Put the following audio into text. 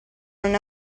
non